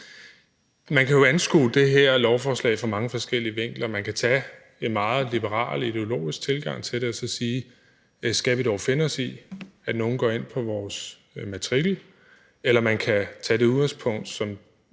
jo kan anskue det her lovforslag fra mange forskellige vinkler. Man kan tage en meget liberal ideologisk tilgang til det og sige: Skal vi dog finde os i, at nogen går ind på vores matrikel? – eller man kan tage det udgangspunkt,